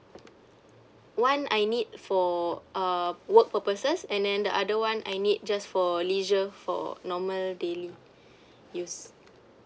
one I need for uh work purposes and then the other one I need just for leisure for normal daily use